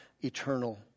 eternal